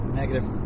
negative